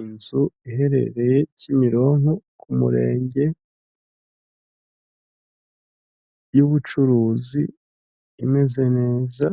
Inzu iherereye Kimirinko ku murenge y'ubucuruzi imeze neza